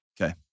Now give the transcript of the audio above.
Okay